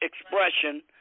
expression